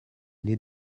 les